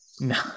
no